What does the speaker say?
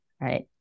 right